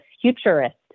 futurist